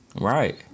Right